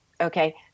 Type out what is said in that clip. Okay